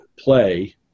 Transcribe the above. play